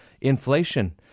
inflation